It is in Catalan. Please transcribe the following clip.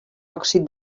òxid